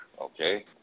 Okay